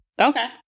Okay